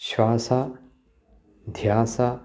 श्वासाध्यासः